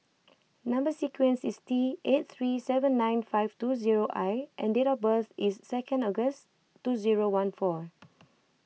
Number Sequence is T eight three seven nine five two zero I and date of birth is second August two zero one four